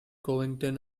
covington